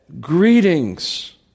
Greetings